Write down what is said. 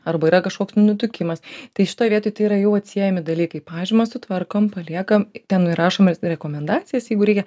arba yra kažkoks nutukimas tai šitoj vietoj tai yra jų atsiejami dalykai pažymą sutvarkom paliekam ten įrašom mes rekomendacijas jeigu reikia